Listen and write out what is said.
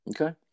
Okay